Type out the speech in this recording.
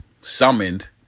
summoned